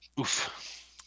Oof